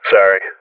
Sorry